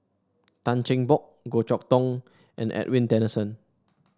Tan Cheng Bock Goh Chok Tong and Edwin Tessensohn